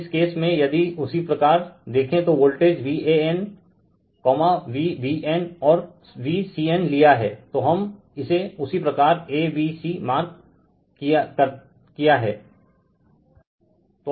इस केस में यदि उसी प्रकार देखे तो वोल्टेज Van Vbn और Vcn लिया है